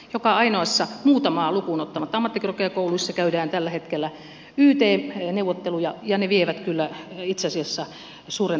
joka ainoassa muutamaa lukuun ottamatta ammattikorkeakoulussa käydään tällä hetkellä yt neuvotteluja ja ne vievät kyllä itse asiassa suuren osan aikaa